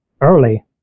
early